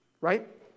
right